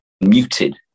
muted